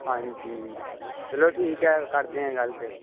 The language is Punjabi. ਹਾਂਜੀ ਚਲੋ ਠੀਕ ਹੈ ਕਰਦੇ ਹਾਂ ਗੱਲ ਫਿਰ